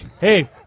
Hey